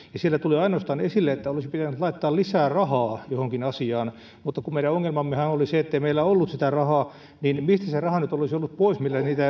sieltä tuli ainoastaan esille että olisi pitänyt laittaa lisää rahaa johonkin asiaan mutta kun meidän ongelmammehan oli se ettei meillä ollut sitä rahaa niin mistä se raha nyt olisi ollut pois millä niitä